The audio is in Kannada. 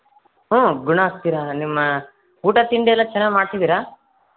ಹಾಂ ಗುಣ ಆಗ್ತೀರ ನಿಮ್ಮ ಊಟ ತಿಂಡಿ ಎಲ್ಲ ಚೆನ್ನಾಗಿ ಮಾಡ್ತಿದ್ದೀರಾ